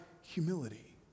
humility